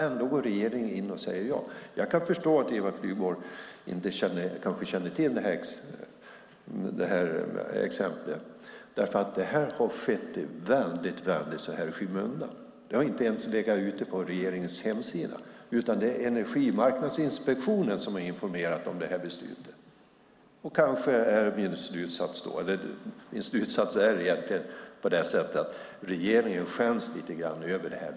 Ändå säger regeringen ja. Jag förstår att Eva Flyborg kanske inte känner till exemplet. Det har skett i skymundan. Det har inte ens legat på regeringens hemsida. Det är Energimarknadsinspektionen som har informerat om beslutet. Min slutsats är att regeringen skäms lite över detta.